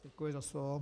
Děkuji za slovo.